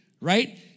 right